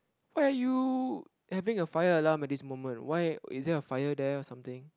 why are you having a fire alarm at this moment why is there a fire there or something